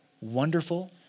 wonderful